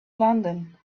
london